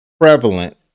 prevalent